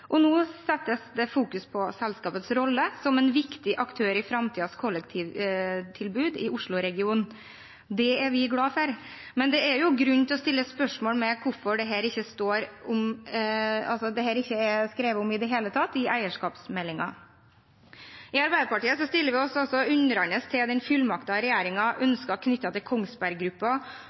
Nå fokuseres det på selskapets rolle som en viktig aktør i framtidens kollektivtilbud i Oslo-regionen. Det er vi glad for, men det er jo grunn til å stille spørsmål om hvorfor dette ikke er skrevet om i det hele tatt i eierskapsmeldingen. I Arbeiderpartiet stiller vi oss også undrende til den